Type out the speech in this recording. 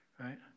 right